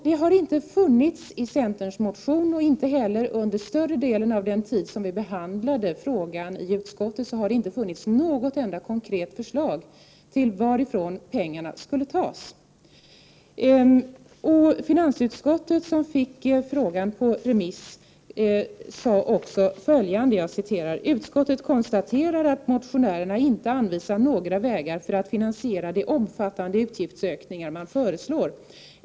Det har inte nämnts i centerns motion, och inte heller under större delen av den tid då vi har behandlat frågan i utskottet har det kommit något enda konkret förslag till varifrån pengarna skall tas. Finansutskottet, som fick frågan på remiss, sade så här: Utskottet konstaterar att motionärerna inte anvisar några vägar för att finansiera de omfattande utgiftsökningar man föreslår.